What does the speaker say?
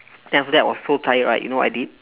then after that I was so tired right you know what I did